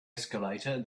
escalator